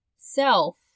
self